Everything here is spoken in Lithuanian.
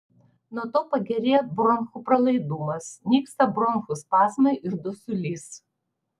nuo to pagerėja bronchų pralaidumas nyksta bronchų spazmai ir dusulys